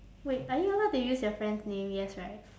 wait are you allowed to use your friend's name yes right